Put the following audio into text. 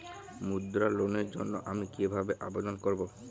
মুদ্রা লোনের জন্য আমি কিভাবে আবেদন করবো?